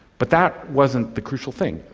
but that wasn't the crucial thing.